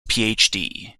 phd